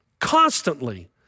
constantly